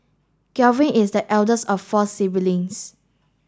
Galvin is the eldest of four siblings